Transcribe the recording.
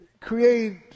create